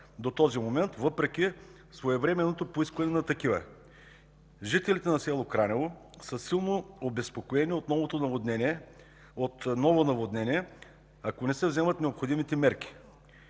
до този момент, въпреки своевременното поискване на такива. Жителите на село Кранево са силно обезпокоени от ново наводнение, ако не се вземат необходимите мерки.